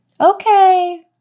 Okay